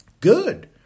Good